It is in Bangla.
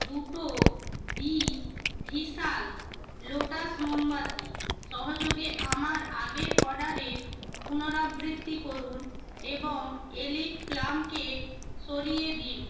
দুটো বি ভিশাল লোটাস মোমবাতি সহযোগে আমার আগের অর্ডারের পুনরাবৃত্তি করুন এবং এলিট প্লাম কেক সরিয়ে দিন